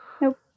nope